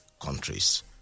countries